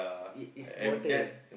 is is bothered